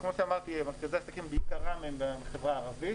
כמו שאמרתי, מרכזי העסקים בעיקרם בחברה הערבית